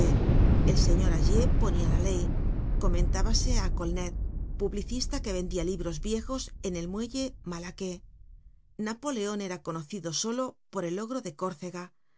el señor agier ponia la ley comentábase á colnet publicista que vendia libros viejos en el muelle malaquais napoleon era conocido solo por el ogro de córcega